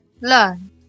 learn